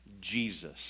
Jesus